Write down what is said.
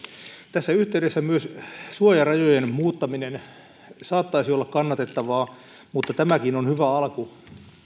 tässä yhteydessä myös suojarajojen muuttaminen saattaisi olla kannatettavaa mutta tämäkin on hyvä alku